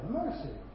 mercy